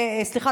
סליחה,